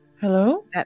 Hello